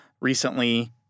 recently